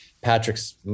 Patrick's